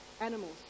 Animals